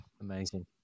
amazing